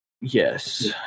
yes